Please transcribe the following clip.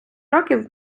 років